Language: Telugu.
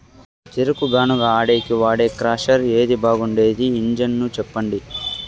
చెరుకు గానుగ ఆడేకి వాడే క్రషర్ ఏది బాగుండేది ఇంజను చెప్పండి?